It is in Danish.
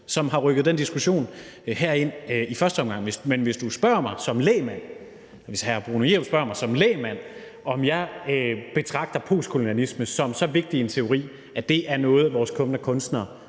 som har rykket den diskussion herind i første omgang. Men hvis du spørger mig som lægmand, altså hvis hr. Bruno Jerup spørger mig som lægmand, om jeg betragter postkolonialisme som så vigtig en teori, at det er noget, vores kommende kunstnere